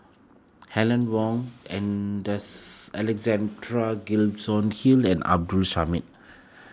Helen Wong and Alexander Gibson Hill and Abdul Samad